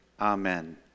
amen